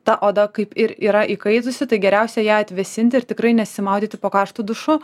ta oda kaip ir yra įkaitusi tai geriausia ją atvėsinti ir tikrai nesimaudyti po karštu dušu